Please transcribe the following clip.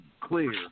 clear